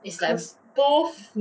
cause